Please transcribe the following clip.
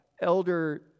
Elder